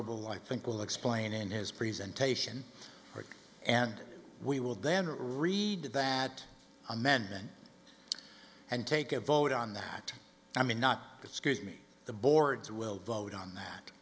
robel i think will explain in his presentation or and we will then read that amendment and take a vote on that i mean not excuse me the boards will vote on that